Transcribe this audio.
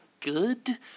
good